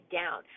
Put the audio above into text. down